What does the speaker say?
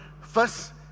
First